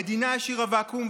המדינה השאירה ואקום,